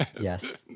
yes